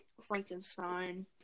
Frankenstein